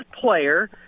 player